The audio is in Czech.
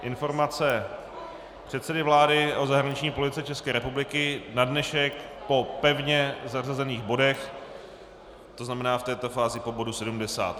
Informace předsedy vlády o zahraniční politice České republiky na dnešek po pevně zařazených bodech, to znamená v této fázi po bodu 70.